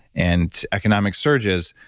and economic surges.